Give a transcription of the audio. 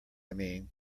mean